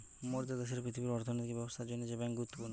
মোরদের দ্যাশের পৃথিবীর অর্থনৈতিক ব্যবস্থার জন্যে বেঙ্ক গুরুত্বপূর্ণ